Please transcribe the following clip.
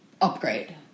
Upgrade